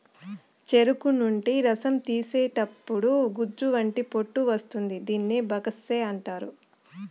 చెరుకు నుండి రసం తీసేతప్పుడు గుజ్జు వంటి పొట్టు వస్తుంది దీనిని బగస్సే అంటారు